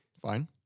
Fine